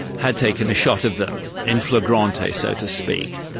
had taken a shot of them in flagrante, so to speak.